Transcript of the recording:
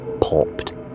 popped